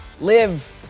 live